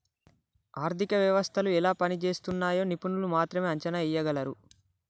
ఆర్థిక వ్యవస్థలు ఎలా పనిజేస్తున్నయ్యో నిపుణులు మాత్రమే అంచనా ఎయ్యగలరు